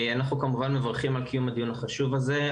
אנחנו כמובן מברכים על קיום הדיון החשוב הזה,